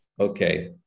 Okay